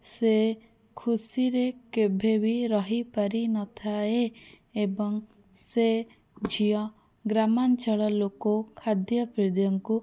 ସେ ଖୁସିରେ କେବେବି ରହିପାରି ନଥାଏ ଏବଂ ସେ ଝିଅ ଗ୍ରାମାଞ୍ଚଳ ଲୋକ ଓ ଖାଦ୍ୟପେୟକୁ